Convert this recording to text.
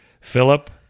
philip